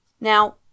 Now